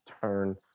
turn